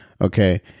Okay